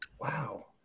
Wow